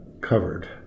covered